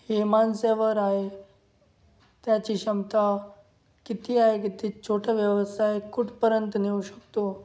हे माणसावर आहे त्याची क्षमता किती आहे की ते छोटं व्यवसाय कुठपर्यंत नेऊ शकतो